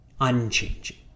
unchanging